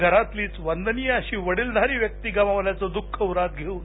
घरातलीच वंदनीय अशी वडिलधारी व्यक्ती गमावल्याचं दुःख उरात घेऊन